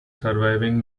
surviving